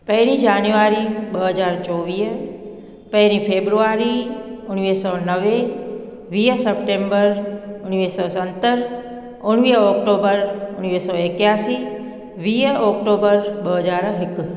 पहिरीं जनवरी ॿ हज़ार चोवीह पहिरीं फेबररी उणिवीह सौ नवे वीह सेप्टेंबर उणिवीह सौ सतर उणिवीह अक्टूबर उणिवीह सौ एकासी वीह अक्टूबर ॿ हज़ार हिकु